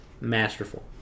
masterful